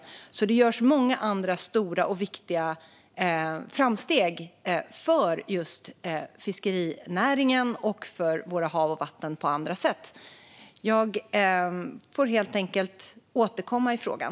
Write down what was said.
Det görs alltså många andra stora och viktiga framsteg för just fiskerinäringen och för våra hav och vatten på andra sätt. Jag får helt enkelt återkomma i frågan.